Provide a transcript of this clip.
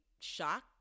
shocked